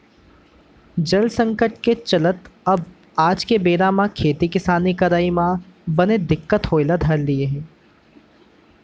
जल संकट के चलत अब आज के बेरा म खेती किसानी करई म बने दिक्कत होय ल धर लिये हे